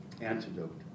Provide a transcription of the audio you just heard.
antidote